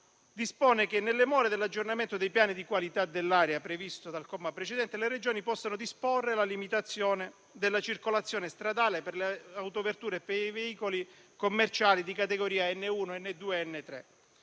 dispone che, nelle more dell'aggiornamento dei piani di qualità dell'aria previsto dal comma precedente, le Regioni possano disporre la limitazione della circolazione stradale per le autovetture e per i veicoli commerciali di categoria N1, N2 ed N3,